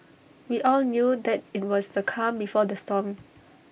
we all knew that IT was the calm before the storm